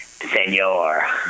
senor